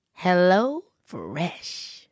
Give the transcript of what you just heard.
HelloFresh